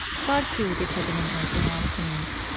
god created heaven and earth, and all things.